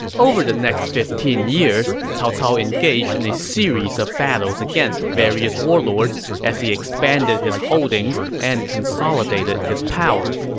over the next fifteen years, cao cao engaged in a series of battles against various warlords as he expanded his holdings and consolidated his power.